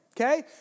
okay